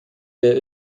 des